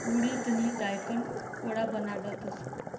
उडिदनी दायकन वडा बनाडतस